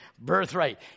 Birthright